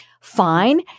Fine